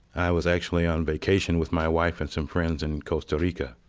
i was actually on vacation with my wife and some friends in costa rica.